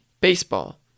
Baseball